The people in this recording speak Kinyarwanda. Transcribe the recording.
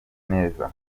neza